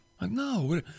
No